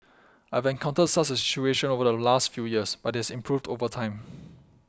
I've encountered such a situation over the last few years but it has improved over time